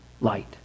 light